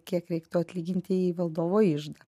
kiek reiktų atlyginti į valdovo iždą